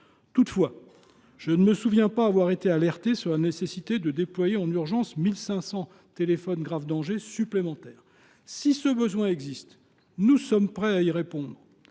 Toutefois, je ne me souviens pas avoir été alerté sur la nécessité de déployer en urgence 1 500 TGD supplémentaires. Si ce besoin existe, nous sommes prêts à y répondre.